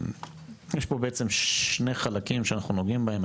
שיש פה בעצם שני חלקים שאנחנו נוגעים בהם.